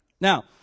Now